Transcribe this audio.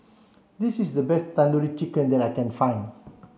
this is the best Tandoori Chicken that I can find